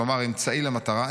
כלומר: 'אמצעי למטרה,